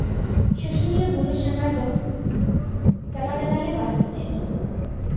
ᱥᱩᱥᱩᱱᱤᱭᱟᱹ ᱵᱩᱨᱩ ᱥᱟᱸᱜᱷᱟᱨ ᱫᱚ ᱪᱟᱞᱟᱣ ᱞᱮᱱᱟᱞᱮ ᱵᱟᱥᱛᱮ